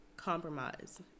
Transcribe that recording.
Compromise